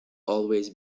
always